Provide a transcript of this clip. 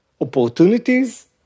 opportunities